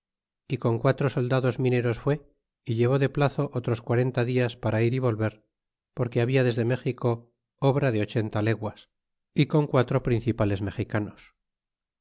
é con quatro soldados mineros fue y llevó de plazo otros quarenta dias para ir é volver porque habia desde méxico obra de ochenta leguas é con quatro principales mexicanos